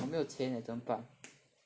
我没有钱 leh 怎么办